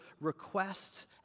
requests